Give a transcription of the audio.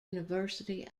university